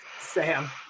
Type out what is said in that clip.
Sam